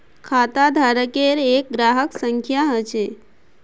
खाताधारकेर एक ग्राहक संख्या ह छ